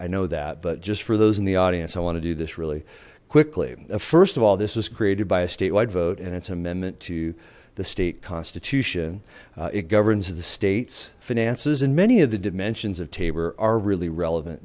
i know that but just for those in the audience i want to do this really quickly first of all this was created by a statewide vote and it's amendment to the state constitution it governs the state's finances and many of the dimensions of tabor are really relevant